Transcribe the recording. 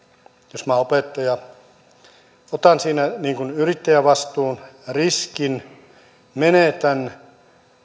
jos minä olen opettaja otan siinä niin kuin yrittäjän vastuun riskin menetän